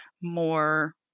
more